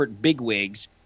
bigwigs